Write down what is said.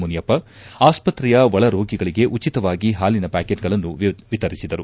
ಮುನಿಯಪ್ಪ ಆಸ್ತ್ರೆಯ ಒಳರೋಗಿಗಳಿಗೆ ಉಚಿತವಾಗಿ ಪಾಲಿನ ಪ್ಯಾಕೆಟ್ಗಳನ್ನು ವಿತರಿಸಿದರು